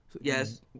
yes